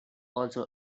also